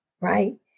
right